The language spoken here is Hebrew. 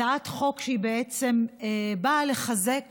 הצעת חוק שבאה לחזק